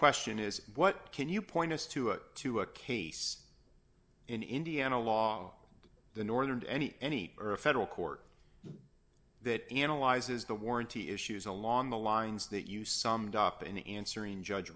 question is what can you point us to a to a case in indiana along the northern ne ne earth federal court that analyzes the warranty issues along the lines that you summed up in answering judge